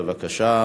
בבקשה.